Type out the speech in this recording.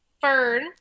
fern